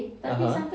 (uh huh)